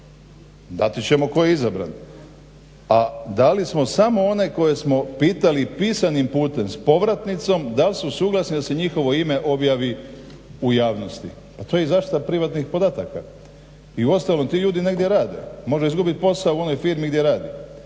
Dati ćemo tko je izabran. A dali smo samo one koje smo pitali pisanim putem s povratnicom da li su suglasni da se njihovo ime objavi u javnosti. Pa to je zaštita privatnih podataka i uostalom ti ljudi negdje rade. Može izgubiti posao u onoj firmi gdje radi.